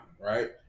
Right